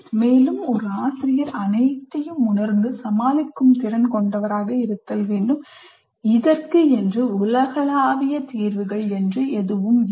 மேலும் ஒரு ஆசிரியர் அனைத்தையும் உணர்ந்து சமாளிக்கும் திறன் கொண்டவராக இருக்க வேண்டும் இதற்கு உலகளாவிய தீர்வுகள் எதுவும் இல்லை